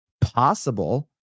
possible